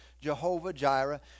Jehovah-Jireh